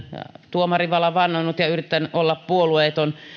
tuomarinvalan vannonut ja yritän olla puolueeton